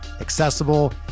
accessible